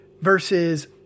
versus